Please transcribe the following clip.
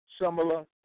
similar